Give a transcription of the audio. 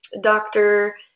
doctor